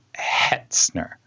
Hetzner